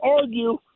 argue